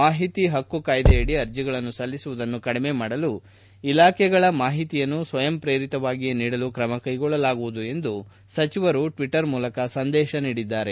ಮಾಹಿತಿ ಹಕ್ಕು ಕಾಯಿದೆಯಡಿ ಅರ್ಜಿಗಳನ್ನು ಸಲ್ಲಿಸುವುದನ್ನು ಕಡಿಮೆ ಮಾಡಲು ಇಲಾಖೆಗಳ ಮಾಹಿತಿಯನ್ನು ಸ್ವಯಂ ಪ್ರೇರಿತವಾಗಿಯೇ ನೀಡಲು ಕ್ರಮಕ್ಟೆಗೊಳ್ಳಲಾಗುವುದು ಎಂದು ಪ್ರಕಾಶ್ ಜಾವಡೇಕರ್ ಟ್ವೀಟರ್ ಮೂಲಕ ಸಂದೇಶ ನೀಡಿದ್ದಾರೆ